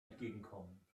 entgegenkommen